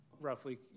roughly